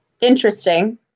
interesting